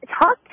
talk